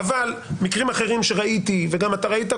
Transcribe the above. אבל מקרים אחרים שראיתי וגם אתה ראית,